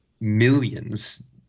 millions